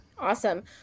Awesome